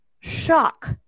shock